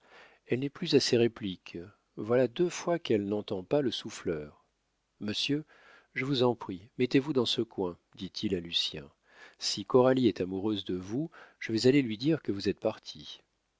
elle n'est plus à ses répliques voilà deux fois qu'elle n'entend pas le souffleur monsieur je vous en prie mettez-vous dans ce coin dit-il à lucien si coralie est amoureuse de vous je vais aller lui dire que vous êtes parti